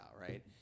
right